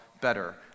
better